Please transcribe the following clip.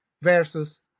versus